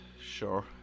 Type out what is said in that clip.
Sure